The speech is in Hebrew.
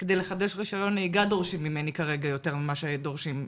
כדי לחדש רישיון נהיגה דורשים ממני כרגע יותר ממה שדורשים,